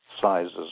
sizes